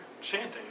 chanting